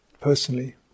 personally